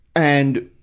and,